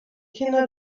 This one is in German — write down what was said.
kinder